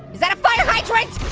is that a fire hydrant?